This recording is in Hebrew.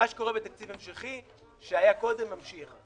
מה שקורה בתקציב המשכי הוא שמה שהיה קודם ממשיך.